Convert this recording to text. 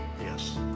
Yes